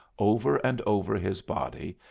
over and over his body,